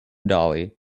dolly